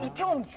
two.